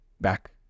back